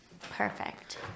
Perfect